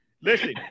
Listen